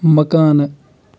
مکانہٕ